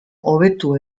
hobetu